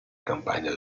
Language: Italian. campagna